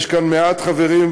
יש כאן מעט חברים,